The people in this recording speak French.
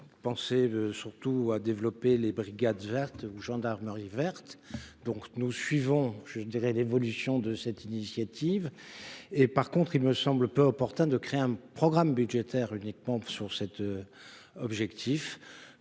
a surtout développé les brigades vertes ou la gendarmerie verte. Nous suivons l'évolution de cette initiative. En revanche, il me semble peu opportun de créer un programme budgétaire uniquement sur ce sujet.